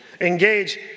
engage